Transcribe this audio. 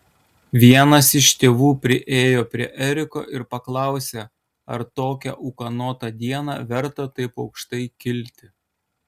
vienas iš tėvų priėjo prie eriko ir paklausė ar tokią ūkanotą dieną verta taip aukštai kilti